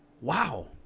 Wow